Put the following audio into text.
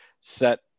set